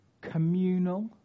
communal